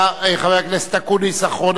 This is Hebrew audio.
חבר הכנסת אופיר אקוניס, אחרון הדוברים.